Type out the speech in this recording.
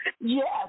Yes